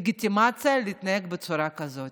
לגיטימציה להתנהג בצורה כזאת.